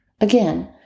Again